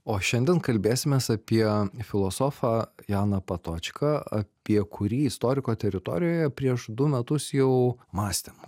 o šiandien kalbėsimės apie filosofą janą patočką apie kurį istoriko teritorijoje prieš du metus jau mąstėm